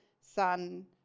Son